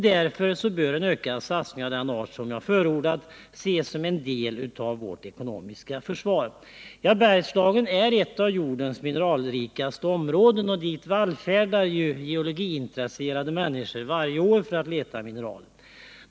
Därför bör en ökad satsning av den art som jag förordat ses som en del av vårt ekonomiska försvar. Bergslagen är ett av jordens mest mineralrika områden, och dit vallfärdar 65 geologiintresserade människor varje år för att leta mineraler.